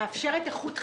מאפשרת איכות חיים.